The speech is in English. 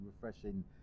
refreshing